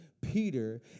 Peter